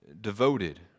devoted